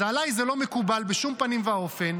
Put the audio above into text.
אז עליי זה לא מקובל בשום פנים ואופן.